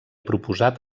proposat